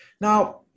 Now